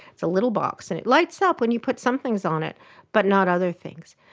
it's a little box and it lights up when you put some things on it but not other things.